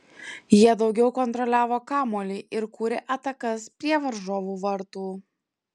jie daugiau kontroliavo kamuolį ir kūrė atakas prie varžovų vartų